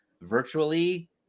virtually